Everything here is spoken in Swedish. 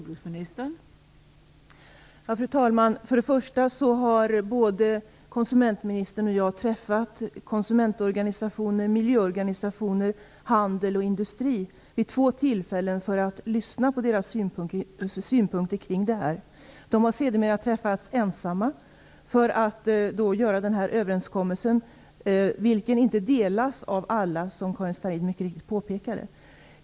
Fru talman! Både konsumentministern och jag har träffat konsumentorganisationer, miljöorganisationer, handel och industri vid två tillfällen för att lyssna på deras synpunkter kring detta. De har sedermera träffats ensamma för att träffa den här överenskommelsen. Men alla delar inte dessa synpunkter, som Karin Starrin mycket riktigt påpekade.